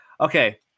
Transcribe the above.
okay